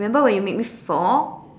remember when you made me fall